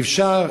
אפשר,